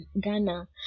ghana